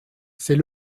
c’est